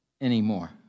anymore